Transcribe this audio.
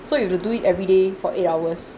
so if you have to do it every day for eight hours